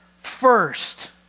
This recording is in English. first